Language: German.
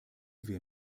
wir